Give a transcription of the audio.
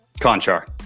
Conchar